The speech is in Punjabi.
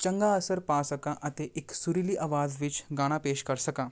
ਚੰਗਾ ਅਸਰ ਪਾ ਸਕਾਂ ਅਤੇ ਇੱਕ ਸੁਰੀਲੀ ਅਵਾਜ਼ ਵਿੱਚ ਗਾਣਾ ਪੇਸ਼ ਕਰ ਸਕਾਂ